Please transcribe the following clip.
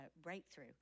breakthrough